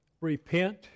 repent